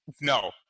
no